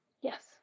Yes